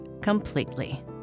completely